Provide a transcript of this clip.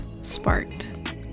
sparked